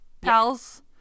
pals